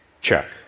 Check